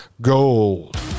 Gold